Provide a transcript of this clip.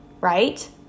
right